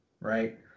right